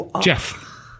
Jeff